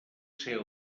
ser